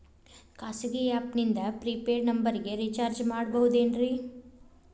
ಖಾಸಗಿ ಆ್ಯಪ್ ನಿಂದ prepaid ನಂಬರಿಗ ರೇಚಾರ್ಜ್ ಮಾಡಬಹುದೇನ್ರಿ?